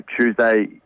Tuesday